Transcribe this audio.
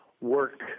work